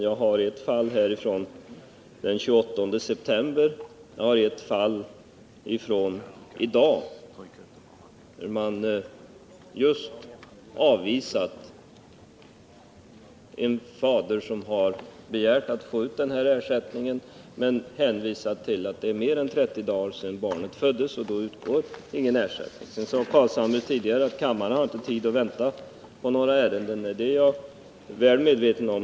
Jag har här ett fall från den 28 september, och jag har ett annat fall från i dag där man just har avvisat en fader som begärt att få ut denna ersättning. Man har hänvisat till att det är mer än 30 dagar sedan barnet föddes, och då utgår ingen ersättning. Nils Carlshamre sade tidigare att kammaren inte har tid att vänta på några ärenden, och det är jag väl medveten om.